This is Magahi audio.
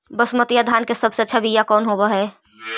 बसमतिया धान के सबसे अच्छा बीया कौन हौब हैं?